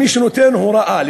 מי שנותן הוראה,